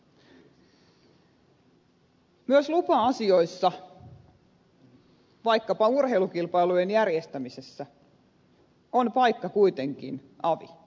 myös lupa asioissa vaikkapa urheilukilpailujen järjestämisessä on paikka kuitenkin avi ei ely